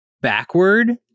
backward